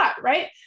right